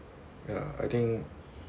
ya I think